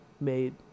Made